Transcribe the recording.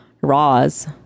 Roz